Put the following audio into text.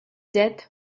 death